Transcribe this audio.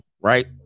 Right